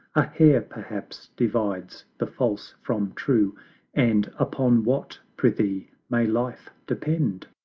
a hair perhaps divides the false from true and upon what, prithee, may life depend?